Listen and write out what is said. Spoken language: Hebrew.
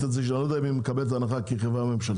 אני לא יודע אם היא מקבלת הנחה כי היא חברה ממשלתית,